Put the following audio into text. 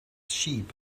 sheep